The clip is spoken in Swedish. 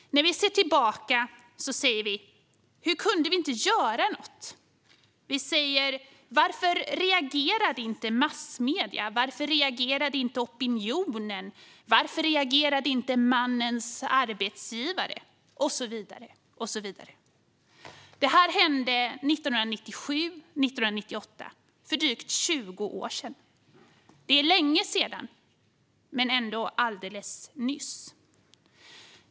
När vi ser tillbaka säger vi: Hur kunde vi inte göra något? Varför reagerade inte massmedierna, opinionen, mannens arbetsgivare och så vidare? Det här hände 1997-1998, för drygt 20 år sedan. Det är länge sedan men ändå alldeles nyss.